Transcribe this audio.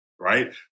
right